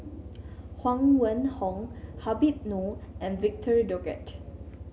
Huang Wenhong Habib Noh and Victor Doggett